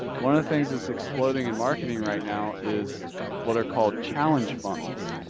one of the things that's exploding in marketing right now is what are called challenge funnels.